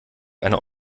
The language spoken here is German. einer